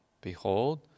behold